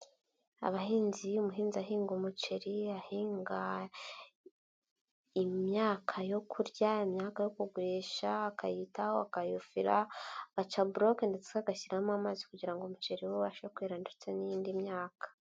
Abahinzi, umuhinzi ahinga umuceri, ahinga imyaka yo kurya, imyaka yo kugurisha, akayitaho, akayuhira, aca buroke ndetse agashyiramo amazi kugira ngo umuceri we ubashe kwera ndetse n'iyindi myaka.